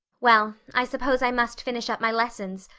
well, i suppose i must finish up my lessons.